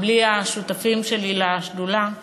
בלי השותפים שלי לשדולה: